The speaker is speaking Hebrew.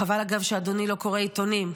חבל, אגב, שאדוני לא קורא עיתונים,